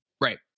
Right